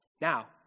Now